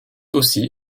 aussi